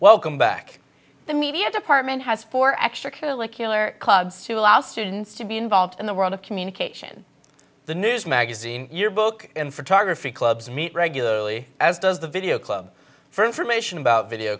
welcome back the media department has four extra kill a killer clubs to allow students to be involved in the run of communication the news magazine yearbook and photography clubs meet regularly as does the video club for information about video